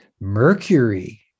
Mercury